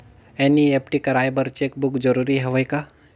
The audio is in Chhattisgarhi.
एन.ई.एफ.टी कराय बर चेक बुक जरूरी हवय का?